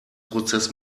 prozess